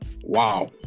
Wow